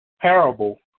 parable